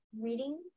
Reading